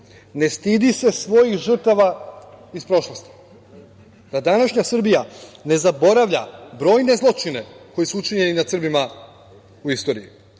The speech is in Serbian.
ne stidi se svojih žrtava iz prošlosti, da današnja Srbija ne zaboravlja brojne zločine koji su učinjeni nad Srbima u istoriji